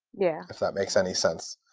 yeah if that makes any sense.